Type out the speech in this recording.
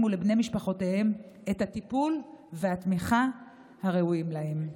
ולבני משפחותיהם את הטיפול והתמיכה שהם ראויים להם.